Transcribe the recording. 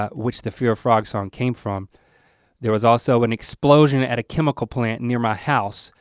um which the fear of frog song came from there was also an explosion at a chemical plant near my house,